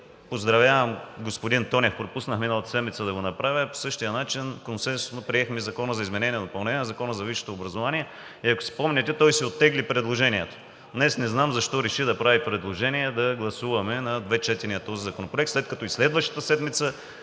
Поздравявам господин Тонев – пропуснах миналата седмица да го направя. По същия начин консенсусно приехме Закона за изменение и допълнение на Закона за висшето образование и ако си спомняте, той си оттегли предложението. Днес не знам защо реши да прави предложение да гласуваме на две четения този законопроект, след като и следващата седмица